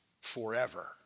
forever